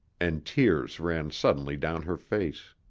and tears ran suddenly down her face.